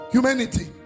Humanity